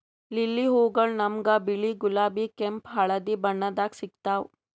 lily ಹೂವಗೊಳ್ ನಮ್ಗ್ ಬಿಳಿ, ಗುಲಾಬಿ, ಕೆಂಪ್, ಹಳದಿ ಬಣ್ಣದಾಗ್ ಸಿಗ್ತಾವ್